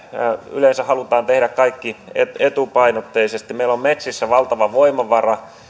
yleensä halutaan tehdä kaikki etupainotteisesti meillä on metsissä valtava voimavara